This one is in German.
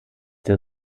der